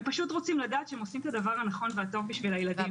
הם רוצים לדעת שהם עושים את הדבר הנכון והטוב בשביל הילדים.